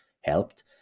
helped